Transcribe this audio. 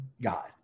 God